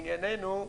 עניינו,